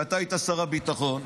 כשאתה היית שר הביטחון,